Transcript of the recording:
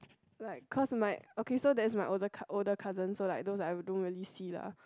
like cause my okay there's my older older cousins so like those I don't really see lah